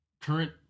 Current